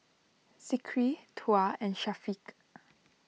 Zikri Tuah and Syafiq